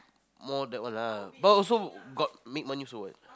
more that one lah but also got make money also what